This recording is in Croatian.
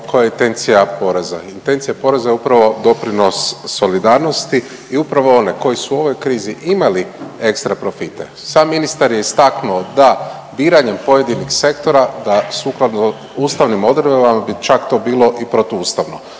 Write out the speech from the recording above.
koja je intencija poreza. Intencija poreza je upravo doprinos solidarnosti i upravo one koji su u ovoj krizi imali ekstra profite. Sam ministar je istaknuo da biranjem pojedinih sektora da sukladno ustavnim odredbama bi čak to bilo i protuustavno.